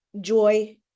joy